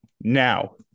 Now